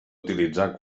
utilitzar